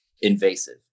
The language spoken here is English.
invasive